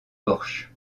porche